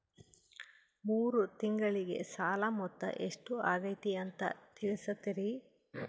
ಮೂರು ತಿಂಗಳಗೆ ಸಾಲ ಮೊತ್ತ ಎಷ್ಟು ಆಗೈತಿ ಅಂತ ತಿಳಸತಿರಿ?